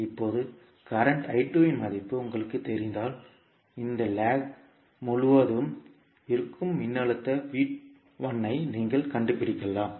இப்போது தற்போதைய I2 இன் மதிப்பு உங்களுக்குத் தெரிந்தால் இந்த லேக் முழுவதும் இருக்கும் மின்னழுத்த V1 ஐ நீங்கள் கண்டுபிடிக்கலாம்